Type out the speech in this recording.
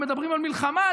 הם מדברים על מלחמה,